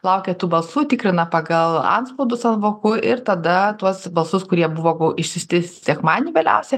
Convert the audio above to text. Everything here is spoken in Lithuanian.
laukia tų balsų tikrina pagal antspaudus ant vokų ir tada tuos balsus kurie buvo išsiųsti sekmadienį vėliausiai